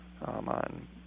on